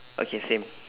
okay same